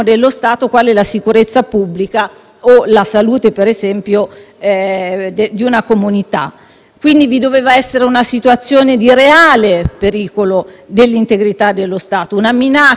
comunità. Vi doveva essere quindi una situazione di reale pericolo dell'integrità dello Stato, una minaccia concreta dei diritti costituzionali dei cittadini che il Ministro non ha saputo argomentare.